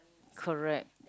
correct